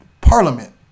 Parliament